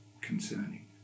concerning